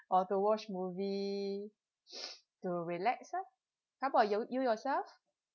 or to watch movie to relax ah how about yo~ you yourself